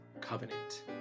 covenant